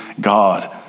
God